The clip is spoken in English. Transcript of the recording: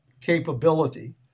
capability